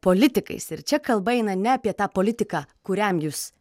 politikais ir čia kalba eina ne apie tą politiką kuriam jūs dirbate